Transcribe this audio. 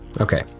Okay